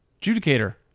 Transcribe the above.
Judicator